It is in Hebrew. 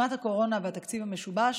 שנת הקורונה והתקציב המשובש